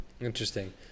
Interesting